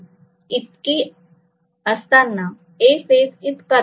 वेळ इतकी असताना A फेज इतकाच आहे